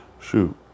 Shoot